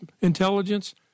intelligence